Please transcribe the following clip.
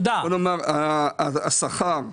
בוא נאמר שהשכר שמגיע,